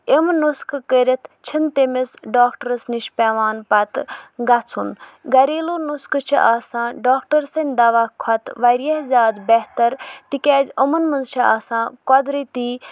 یِم نُسخہٕ کٔرِتھ چھِنہٕ تٔمِس ڈاکٹرٛس نِش پٮ۪وان پَتہٕ گژھُن گریلوٗ نُسخہٕ چھِ آسان ڈاکٹر سٕنٛدِ دَوا کھۄتہٕ واریاہ زیادٕ بہتر تہِ کیٛازِ یِمَن منٛز چھِ آسان قۄدرٔتی